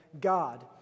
God